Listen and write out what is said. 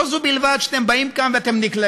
לא זו בלבד שאתם באים לכאן ונקלטים,